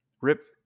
Rip